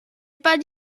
pas